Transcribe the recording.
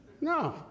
No